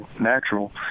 natural